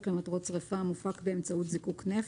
למטרות שריפה המופק באמצעות זיקוק נפט,